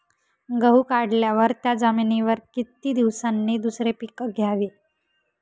गहू काढल्यावर त्या जमिनीवर किती दिवसांनी दुसरे पीक घ्यावे?